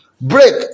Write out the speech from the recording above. break